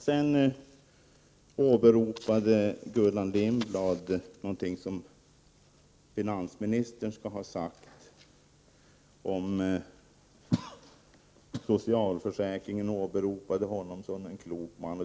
Sedan åberopade Gullan Lindblad någonting som finansministern skall ha sagt om socialförsäkringen och hänvisade till honom som en klok man.